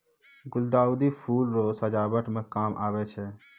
गुलदाउदी फूल रो सजावट मे काम आबै छै